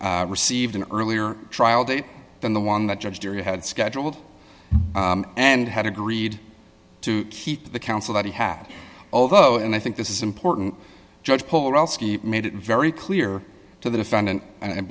received an earlier trial date than the one that judge jury had scheduled and had agreed to keep the counsel that he had although and i think this is important judge made it very clear to the defendant and